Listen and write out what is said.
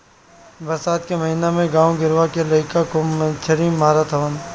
बरसात के महिना में गांव गिरांव के लईका खूब मछरी मारत हवन